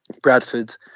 Bradford